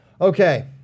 Okay